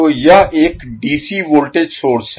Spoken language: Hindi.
तो यह एक dc वोल्टेज सोर्स है